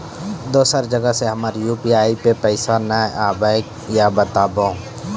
दोसर जगह से हमर यु.पी.आई पे पैसा नैय आबे या बताबू?